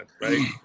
right